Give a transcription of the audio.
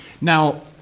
Now